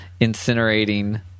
incinerating